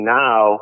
now